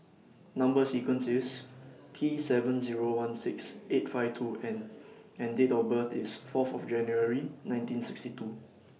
Number sequence IS T seven Zero one six eight five two N and Date of birth IS Fourth of January nineteen sixty two